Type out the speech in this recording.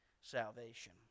salvation